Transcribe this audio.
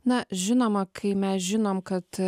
na žinoma kai mes žinom kad